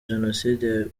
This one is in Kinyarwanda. jenoside